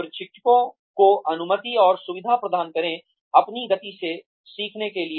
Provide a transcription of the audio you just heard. प्रशिक्षुओं को अनुमति और सुविधा प्रदान करें अपनी गति से सीखने के लिए